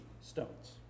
stones